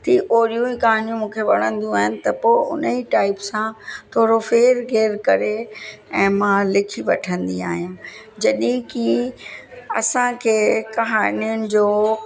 थी ओड़ियूं ई कहाणियूं मूंखे वणंदियूं आहिनि त पोइ हुन ई टाइप सां थोरो फ़ेर गेर करे ऐं मां लिखी वठंदी आहियां जॾहिं कि असांखे कहाणियुनि जो